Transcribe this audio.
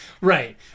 Right